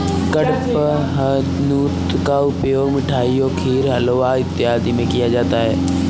कडपहनुत का उपयोग मिठाइयों खीर हलवा इत्यादि में किया जाता है